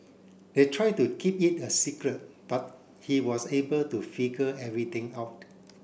they tried to keep it a secret but he was able to figure everything out